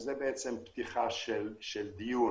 זה בעצם פתיחה של דיון.